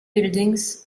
buildings